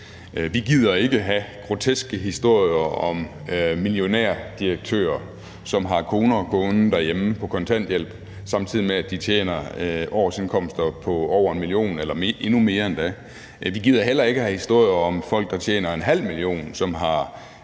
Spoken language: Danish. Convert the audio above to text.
Vi gider ikke have groteske historier om millionærdirektører, som har koner gående derhjemme på kontanthjælp, og som samtidig tjener årsindkomster på over 1 mio. kr. eller endnu mere endda. Vi gider heller ikke have historier om folk, der tjener 0,5 mio. kr., som har